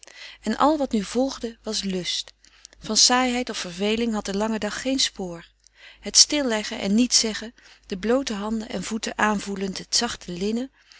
en al wat nu volgde was lust van saaiheid of verveling had de lange dag geen spoor het stil liggen en niets zeggen de bloote handen en voeten aanvoelend